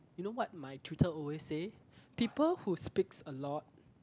you know what my tutor always say people who speaks a lot